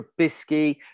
Trubisky